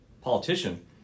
politician